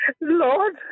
Lord